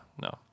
no